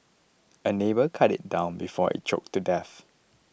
a neighbour cut it down before it choked to death